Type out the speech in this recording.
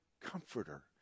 comforter